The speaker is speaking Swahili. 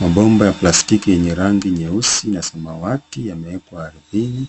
Mabomba ya plastiki yenye rangi nyeusi na samawati yamewekwa ardhini,